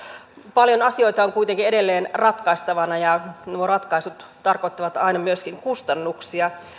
paljon asioita on kuitenkin edelleen ratkaistavana ja nuo ratkaisut tarkoittavat aina myöskin kustannuksia